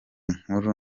nkuru